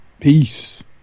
Peace